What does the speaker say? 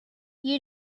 you